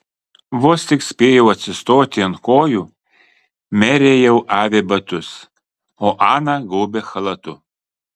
vos tik spėjau atsistoti ant kojų merė jau avė batus o ana gaubė chalatu